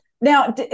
now